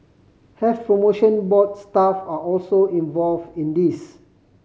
Health Promotion Board staff are also involved in this